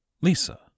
Lisa